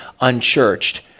unchurched